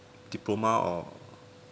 diploma or